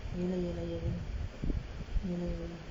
ya lah ya lah ya lah ya lah ya lah